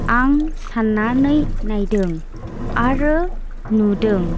आं साननानै नायदों आरो नुदों